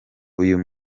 uyu